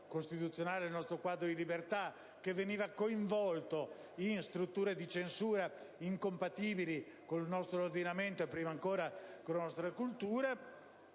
costituzionale di libertà, che veniva coinvolto in strutture di censura incompatibili con il nostro ordinamento e, prima ancora, con la nostra cultura,